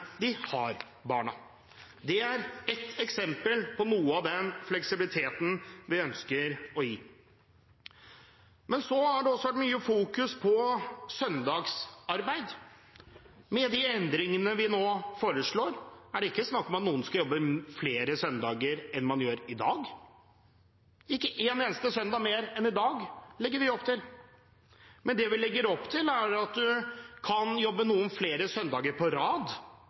de har barna. Det er et eksempel på noe av den fleksibiliteten vi ønsker å gi. Så har det også vært mye fokus på søndagsarbeid. Med de endringene vi nå foreslår, er det ikke snakk om at noen skal jobbe flere søndager enn man gjør i dag. Ikke én eneste søndag mer enn i dag legger vi opp til. Det vi legger opp til, er at man kan jobbe noen flere søndager på rad